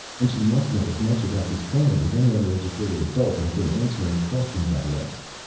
and she must know as much about this planet as any other educated adult and can answer any questions i ask.